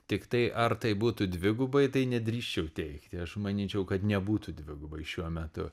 tiktai ar tai būtų dvigubai tai nedrįsčiau teigti aš manyčiau kad nebūtų dvigubai šiuo metu